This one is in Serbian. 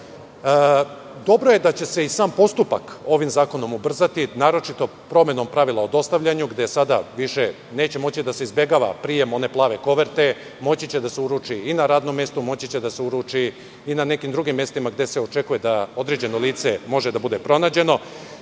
je da će se i sam postupak ovim zakonom ubrzati, naročito promenom pravila o dostavljanju, gde sada više neće moći da se izbegava prijem one plave koverte, moći će da se uruči i na radnom mestu, moći će da se uruči i na nekim drugim mestima gde se očekuje da određeno lice može da bude pronađeno.